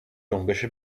جنبش